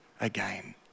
again